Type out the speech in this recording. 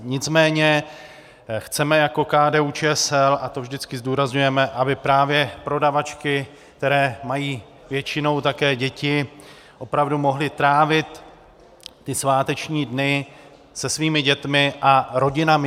Nicméně chceme jako KDUČSL, a to vždycky zdůrazňujeme, aby právě prodavačky, které mají většinou také děti, opravdu mohly trávit ty sváteční dny se svými dětmi a rodinami.